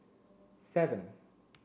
seven